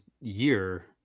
year